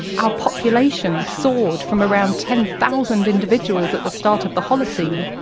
our population soared from around ten thousand individuals at the start of the holocene,